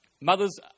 mothers